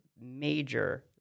major